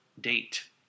date